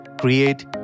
create